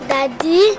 Daddy